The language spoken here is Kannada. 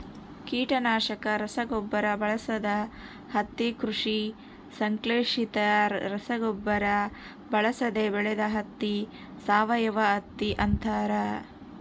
ಕೀಟನಾಶಕ ರಸಗೊಬ್ಬರ ಬಳಸದ ಹತ್ತಿ ಕೃಷಿ ಸಂಶ್ಲೇಷಿತ ರಸಗೊಬ್ಬರ ಬಳಸದೆ ಬೆಳೆದ ಹತ್ತಿ ಸಾವಯವಹತ್ತಿ ಅಂತಾರ